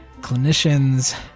clinicians